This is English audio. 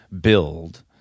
build